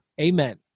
Amen